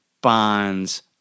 bonds